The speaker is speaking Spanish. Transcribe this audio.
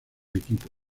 equipo